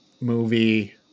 Movie